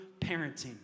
parenting